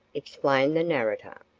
explained the narrator.